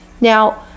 Now